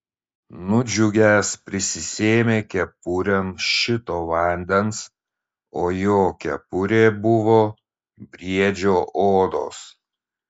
nudžiugęs prisisėmė kepurėn šito vandens o jo kepurė buvo briedžio odos